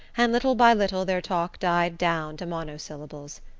and little by little their talk died down to monosyllables.